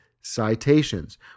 citations